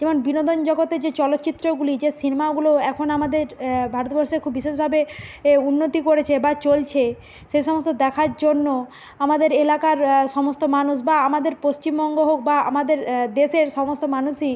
যেমন বিনোদন জগতে যে চলচ্চিত্রগুলি যে সিনেমাগুলোও এখন আমাদের ভারতবর্ষে খুব বিশেষভাবে এ উন্নতি করেছে বা চলছে সেই সমস্ত দেখার জন্য আমাদের এলাকার সমস্ত মানুষ বা আমাদের পশ্চিমবঙ্গ হোক বা আমাদের দেশের সমস্ত মানুষই